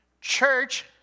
Church